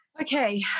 okay